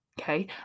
Okay